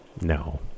No